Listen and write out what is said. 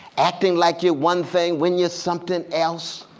acting like you're one thing when you're something else,